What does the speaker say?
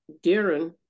Darren